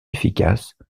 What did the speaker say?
efficaces